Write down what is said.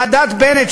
ועדת בנט,